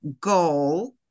goal